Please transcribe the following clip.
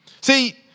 See